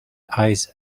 ice